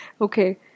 Okay